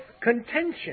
contention